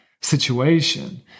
situation